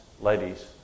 ladies